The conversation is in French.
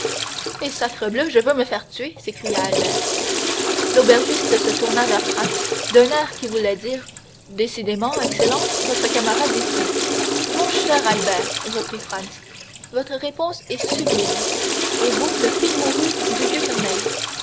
eh sacrebleu je veux me faire tuer s'écria albert l'aubergiste se tourna vers franz d'un air qui voulait dire décidément excellence votre camarade est fou mon cher albert reprit franz votre réponse est sublime et vaut le qu'il mourût du vieux corneille